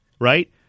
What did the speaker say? right